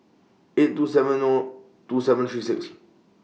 eight two seven O two seven three six